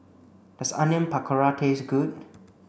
does Onion Pakora taste good